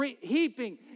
heaping